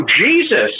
Jesus